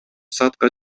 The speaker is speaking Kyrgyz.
саатка